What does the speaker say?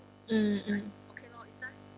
mm mm